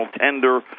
tender